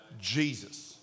Jesus